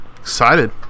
Excited